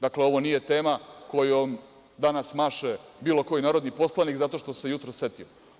Dakle, ovo nije tema kojom danas maše bilo koji narodni poslanik zato što se jutros setio.